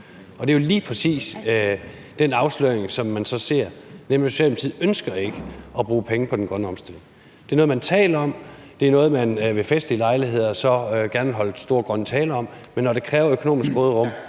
og det er jo lige præcis den afsløring, som man så ser, nemlig at Socialdemokratiet ikke ønsker at bruge penge på den grønne omstilling. Det er noget, man taler om, det er noget, man ved festlige lejligheder gerne vil holde store grønne taler om, men når det kræver økonomisk råderum,